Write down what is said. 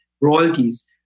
royalties